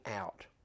out